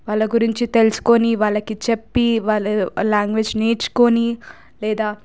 వాళ్ళ గురించి తెలుసుకొని వాళ్ళకి చెప్పి వాళ్ళ లాంగ్వేజ్ నేర్చుకొని లేదా